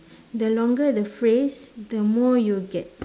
the longer the phrase the more you get